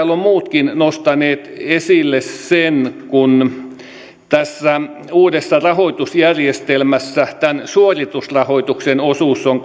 muutkin nostaneet esille sen että tässä uudessa rahoitusjärjestelmässä tämän suoritusrahoituksen osuus on